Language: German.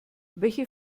welche